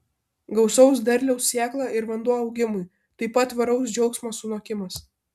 gausaus derliaus sėkla ir vanduo augimui taip pat tvaraus džiaugsmo sunokimas